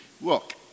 look